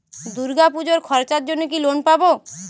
দূর্গাপুজোর খরচার জন্য কি লোন পাব?